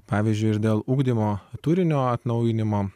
pavyzdžiui dėl ugdymo turinio atnaujinimo